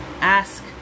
ask